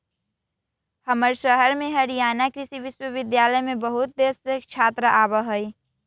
हमर शहर में हरियाणा कृषि विश्वविद्यालय में बहुत देश से छात्र आवा हई